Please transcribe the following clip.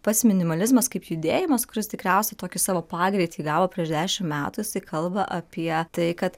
pats minimalizmas kaip judėjimas kuris tikriausiai tokį savo pagreitį įgavo prieš dešim metų jisai kalba apie tai kad